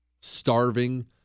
starving